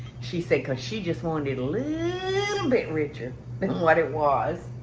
she said, cause she just wanted a little bit richer than what it was.